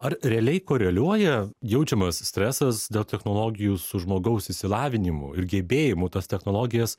ar realiai koreliuoja jaučiamas stresas dėl technologijų su žmogaus išsilavinimu ir gebėjimu tas technologijas